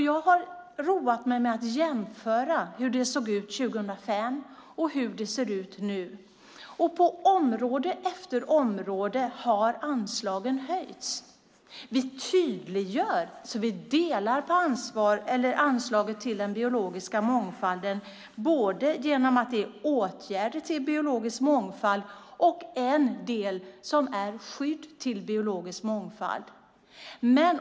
Jag har roat mig med att jämföra hur det såg ut 2005 och hur det ser ut nu. På område efter område har anslagen höjts. Vi tydliggör att vi delar på anslaget till den biologiska mångfalden genom att det både är åtgärder till biologisk mångfald och att en del går till skydd av biologisk mångfald.